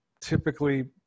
typically